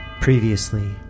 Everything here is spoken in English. Previously